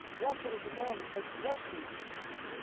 blessed is the man who takes refuge in him.